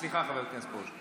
סליחה, חבר הכנסת פרוש.